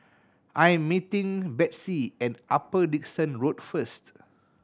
I'm meeting Betsey at Upper Dickson Road first